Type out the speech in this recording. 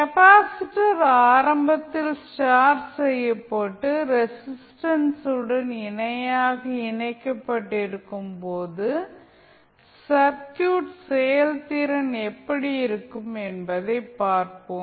capacitor ஆரம்பத்தில் charge செய்யப்பட்டு ரெஸிஸ்டன்சுடன் இணையாக இணைக்கப்பட்டிருக்கும் போது சர்க்யூட் செயல்திறன் எப்படி இருக்கும் என்பதைப் பார்ப்போம்